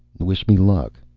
wish me luck.